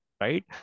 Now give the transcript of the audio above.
Right